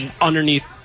underneath